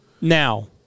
Now